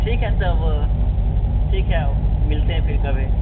ठीक है तब ठीक है मिलते हैं फिर कभी